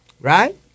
Right